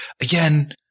Again